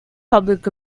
public